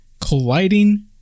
colliding